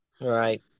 right